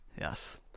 Yes